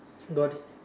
got it